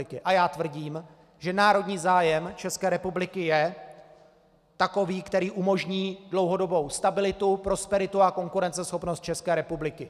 A já tvrdím, že národní zájem České republiky je takový, který umožní dlouhodobou stabilitu, prosperitu a konkurenceschopnost České republiky.